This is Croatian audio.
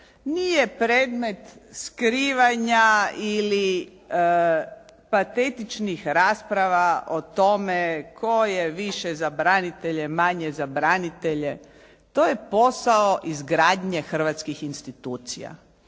nije predmet skrivanja ili patetičnih rasprava o tome tko je više za branitelje, manje za branitelje. To je posao izgradnje hrvatskih institucija.